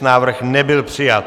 Návrh nebyl přijat.